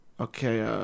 Okay